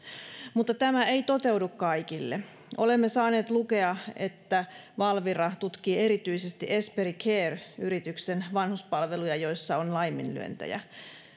mutta tämä ei toteudu kaikille olemme saaneet lukea että valvira tutkii erityisesti esperi care yrityksen vanhuspalveluja joissa on laiminlyöntejä